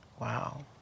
Wow